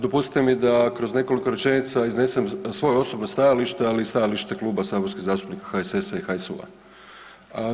Dopustite mi da kroz nekoliko rečenica iznesem svoje osobno stajalište, ali i stajalište Kluba saborskih zastupnika HSS-a i HSU-a.